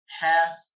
half